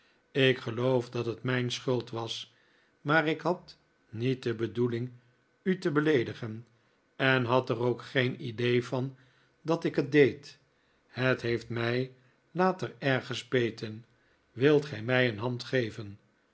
ik geloof dat het mijn schuld was maar ik had niet de bedoeling u te beleedigen en had er ook geen idee van dat ik het deed het heeft mij later erg gespeten wilt ge mij een hand geven